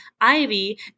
Ivy